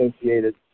associated